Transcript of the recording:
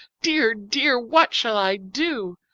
dear! dear! what shall i do?